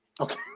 okay